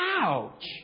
ouch